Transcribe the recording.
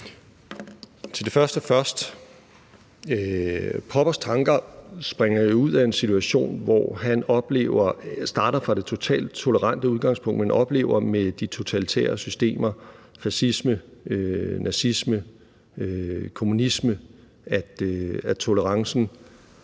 til det første: Poppers tanker springer jo ud af en situation, hvor han starter fra det totalt tolerante udgangspunkt, men oplever med de totalitære systemer – fascisme, nazisme, kommunisme – at tolerancen